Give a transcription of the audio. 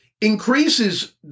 increases